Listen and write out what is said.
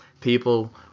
people